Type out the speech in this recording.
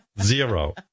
Zero